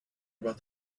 what